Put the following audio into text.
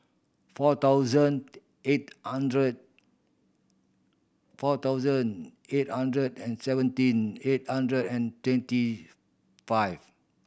four thousand eight hundred four thousand eight hundred and seventeen eight hundred and twenty five